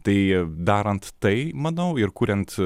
tai darant tai manau ir kuriant